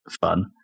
fun